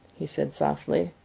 he said softly,